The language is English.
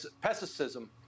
pessimism